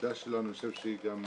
אני חושב שהעמדה שלנו,